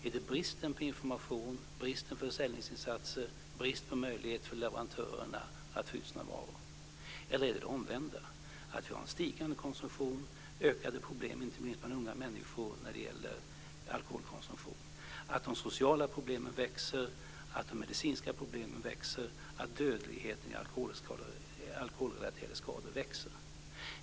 Är det brist på information, brist på försäljningsinsatser, brist på möjlighet för leverantörerna att få ut sina varor, eller är det det omvända, att vi har en stigande konsumtion, ökade problem inte minst bland unga människor när det gäller alkoholkonsumtion, att de sociala och de medicinska problemen växer och att dödligheten i alkoholrelaterade skador växer?